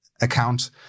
account